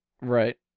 right